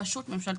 רשות ממשלתית.